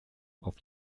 auf